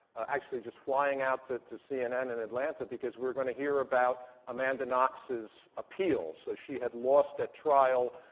actually just flying out to to cnn in atlanta because we were going to hear about amanda knox's appeal. so she had lost at trial.